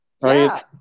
right